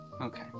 Okay